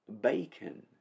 bacon